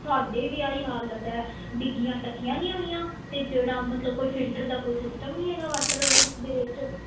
ਸਾਡੇ ਵੀ ਇਹੀ ਹਾਲਤ ਹੈ ਡਿੱਗੀਆਂ ਢਕੀਆਂ ਨਹੀਂ ਹੋਈਆਂ ਅਤੇ ਜਿਹੜਾ ਮਤਲਬ ਕੋਈ ਫਿਲਟਰ ਦਾ ਕੋਈ ਸਿਸਟਮ ਨਹੀਂ ਹੈਗਾ ਵਾਟਰ ਵਰਕਸ ਦੇ ਵਿੱਚ